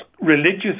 religious